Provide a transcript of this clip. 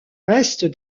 restes